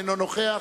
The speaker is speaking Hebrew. אינו נוכח,